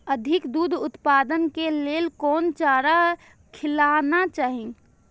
अधिक दूध उत्पादन के लेल कोन चारा खिलाना चाही?